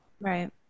Right